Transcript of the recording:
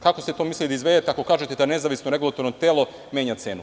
Kako ste to mislili da izvedete, ako kažete da nezavisno regulatorno telo menja cenu?